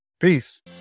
Peace